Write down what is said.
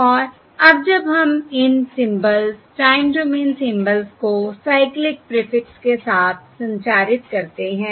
और अब जब हम इन सिंबल्स टाइम डोमेन सिंबल्स को साइक्लिक प्रीफिक्स के साथ संचारित करते हैं